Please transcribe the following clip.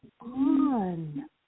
on